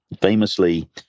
Famously